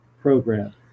program